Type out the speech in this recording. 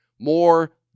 more